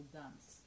dance